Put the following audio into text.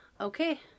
Okay